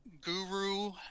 guru